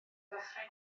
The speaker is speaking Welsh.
ddechrau